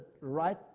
right